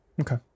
Okay